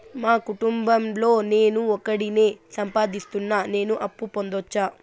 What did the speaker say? మా కుటుంబం లో నేను ఒకడినే సంపాదిస్తున్నా నేను అప్పు పొందొచ్చా